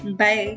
bye